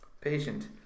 patient